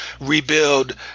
rebuild